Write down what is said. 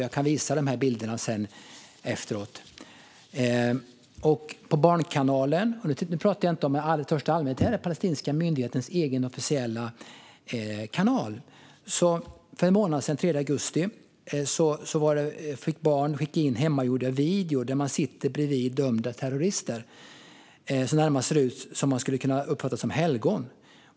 Jag kan visa dessa bilder efter debatten. Den 3 augusti fick barn skicka in hemmagjorda filmer till den palestinska myndighetens egen officiella barnkanal där de sitter bredvid dömda terrorister som ser ut som att de skulle kunna uppfattas som helgon.